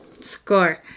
Score